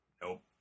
nope